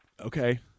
Okay